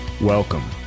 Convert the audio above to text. welcome